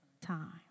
time